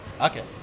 Okay